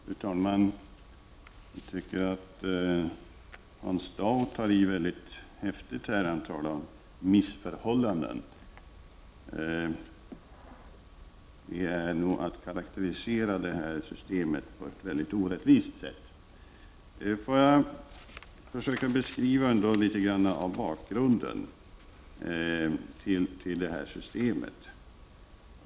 Fru talman! Jag tycker att Hans Dau tar i väldigt häftigt — han talar om missförhållanden. Det är nog att karakterisera det här systemet på ett orättvist sätt. Låt mig försöka beskriva litet av bakgrunden till systemet med riksfärdtjänst.